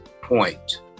point